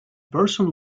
person